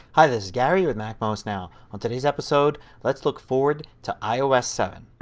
hi this is gary with macmost now. on today's episode let's look forward to ios seven.